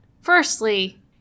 firstly